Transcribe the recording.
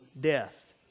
death